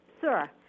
Sir